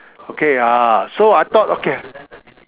okay ah so I thought okay